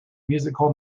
musical